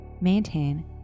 maintain